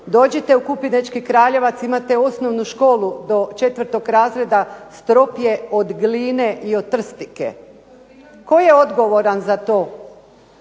dođite u Kupinečki Kraljevac, imate osnovnu školu do 4. razreda, strop je od gline i od trstike. Tko je odgovoran za to?